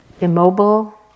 immobile